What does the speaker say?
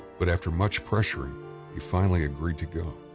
but after much pressuring he finally agreed to go.